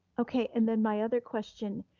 okay, and then my other question.